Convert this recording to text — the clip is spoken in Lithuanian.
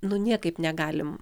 nu niekaip negalim